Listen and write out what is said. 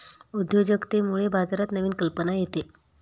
उद्योजकतेमुळे बाजारात नवीन कल्पना येते